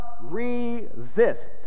resist